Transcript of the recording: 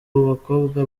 bakobwa